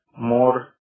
more